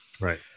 right